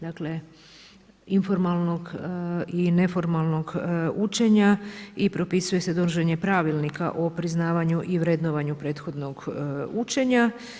Dakle, informalnog i neformalnog učenja i propisuje se donošenje pravilnika o priznavanju i vrednovanju prethodnog učenja.